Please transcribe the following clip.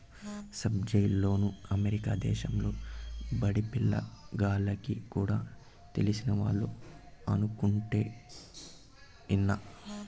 subsidised లోన్లు America దేశంలో బడిపిల్ల గాల్లకి కూడా తెలిసినవాళ్లు అనుకుంటుంటే ఇన్నా